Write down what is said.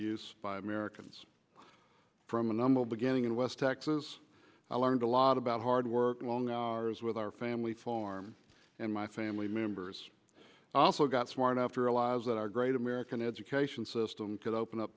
use by americans from a number beginning in west texas i learned a lot about hard work long hours with our family farm and my family members also got smart enough to realize that our great american education system could open up